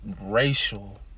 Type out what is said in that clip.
racial